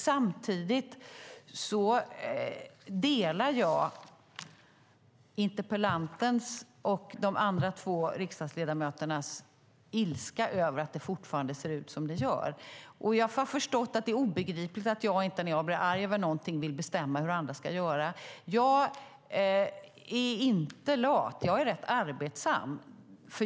Samtidigt delar jag interpellantens och de två andra riksdagsledamöternas ilska över att det fortfarande ser ut som det gör. Jag har förstått att det är obegripligt att jag när jag blir arg över någonting inte vill bestämma hur andra ska göra. Jag är inte lat - jag är rätt arbetsam.